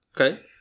Okay